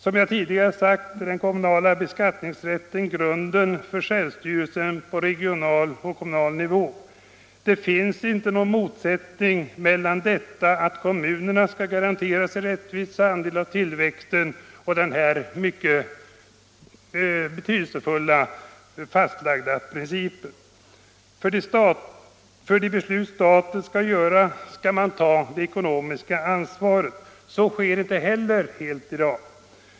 Som jag tidigare sagt är den kommunala beskattningsrätten grunden för självstyrelsen på regional och kommunal nivå. Det finns inte någon motsättning mellan denna mycket betydelsefulla, fastlagda princip och åsikten att kommunerna skall garanteras sin rättvisa andel av tillväxten i landet. För de beslut staten gör skall staten också ta det ekonomiska ansvaret. Så sker inte i dag.